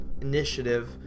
initiative